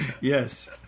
Yes